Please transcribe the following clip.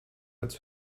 als